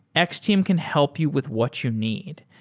x-team can help you with what you need.